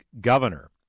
governor